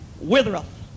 withereth